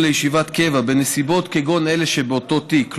לישיבת קבע בנסיבות כגון אלה שבאותו תיק,